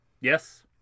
Yes